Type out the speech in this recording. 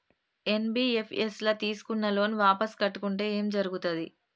NBFS ల తీస్కున్న loan వాపస్ కట్టకుంటే ఏం జర్గుతది?